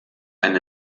ein